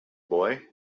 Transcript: boy